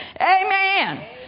Amen